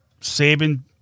Saban